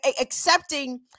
accepting